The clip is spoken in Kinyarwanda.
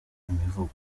imivugo